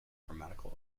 grammatical